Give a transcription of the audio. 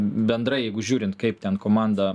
bendrai jeigu žiūrint kaip ten komanda